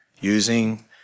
using